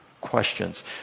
questions